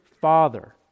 father